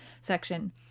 section